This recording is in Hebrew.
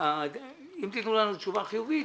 אם תתנו לנו תשובה חיובית,